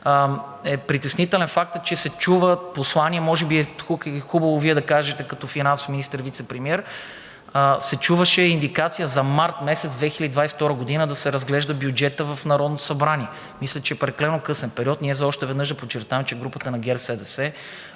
е притеснителен фактът, че се чуват послания, може би и тук е хубаво Вие да кажете като финансов министър – вицепремиер, чуваше се индикация за март месец 2022 г. да се разглежда бюджетът в Народното събрание. Мисля, че е прекалено късен период. Ние – още веднъж да подчертаем, че групата на ГЕРБ-СДС